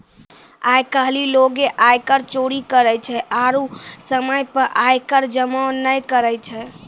आइ काल्हि लोगें आयकर चोरी करै छै आरु समय पे आय कर जमो नै करै छै